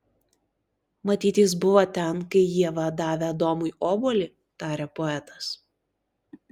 matyt jis buvo ten kai ieva davė adomui obuolį tarė poetas